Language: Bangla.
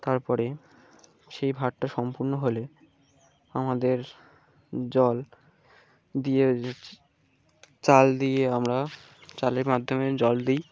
তারপরে সেই ভাতটা সম্পূর্ণ হলে আমাদের জল দিয়ে চাল দিয়ে আমরা চালের মাধ্যমে জল দিই